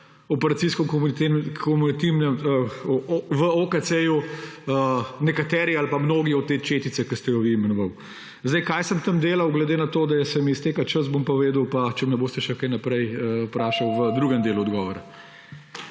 in da smo tam bili že v OKC nekateri ali pa mnogi od te četice, ki ste jo vi imenovali. Kaj sem tam delal, bom pa glede na to, da se mi izteka čas, povedal, če me boste še kaj naprej vprašali v drugem delu odgovora.